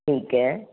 ਠੀਕ ਹੈ